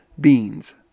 beans